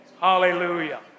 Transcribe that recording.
Hallelujah